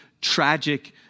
tragic